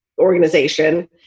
organization